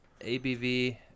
ABV